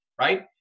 right